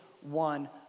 one